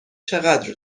چقدر